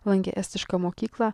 lankė estišką mokyklą